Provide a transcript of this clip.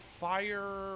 fire